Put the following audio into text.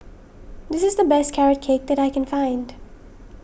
this is the best Carrot Cake that I can find